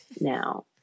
now